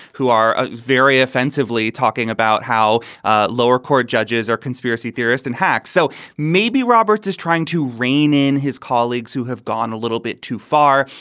who are ah very offensively talking about how lower court judges are conspiracy theorist and hack. so maybe roberts is trying to rein in his colleagues who have gone a little bit too far.